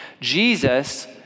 Jesus